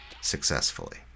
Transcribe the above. successfully